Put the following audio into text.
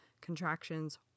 contractions